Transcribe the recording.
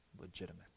legitimate